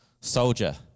soldier